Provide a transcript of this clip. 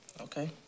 Okay